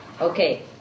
Okay